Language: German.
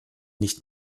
nicht